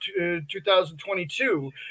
2022